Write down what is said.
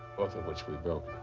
of which we broke.